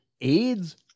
AIDS